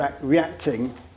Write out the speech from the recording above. reacting